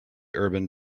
urban